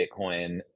Bitcoin